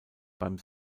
beim